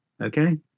okay